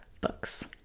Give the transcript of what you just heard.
books